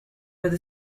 with